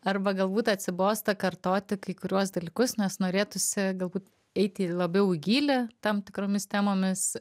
arba galbūt atsibosta kartoti kai kuriuos dalykus nes norėtųsi galbūt eiti labiau į gylį tam tikromis temomis